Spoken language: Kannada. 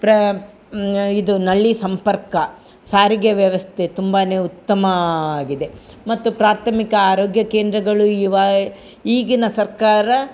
ಪ್ರಾ ಇದು ನಲ್ಲಿ ಸಂಪರ್ಕ ಸಾರಿಗೆ ವ್ಯವಸ್ಥೆ ತುಂಬಾ ಉತ್ತಮ ಆಗಿದೆ ಮತ್ತು ಪ್ರಾಥಮಿಕ ಆರೋಗ್ಯ ಕೇಂದ್ರಗಳು ಇವಾ ಈಗಿನ ಸರ್ಕಾರ